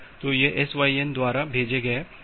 तो यह SYN द्वारा भेजे गए स्थिति के लिए है